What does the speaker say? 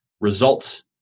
Results